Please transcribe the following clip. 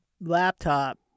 laptop